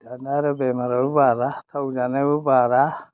दाना आरो बेमाराबो बारा थाव जानायाबो बारा